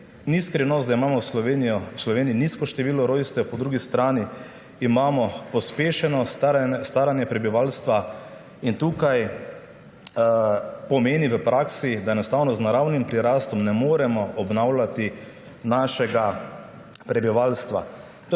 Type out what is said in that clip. Ni skrivnost, da imamo v Sloveniji nizko število rojstev, po drugi strani imamo pospešeno staranje prebivalstva, kar v praksi pomeni, da enostavno z naravnim prirastom ne moremo obnavljati svojega prebivalstva.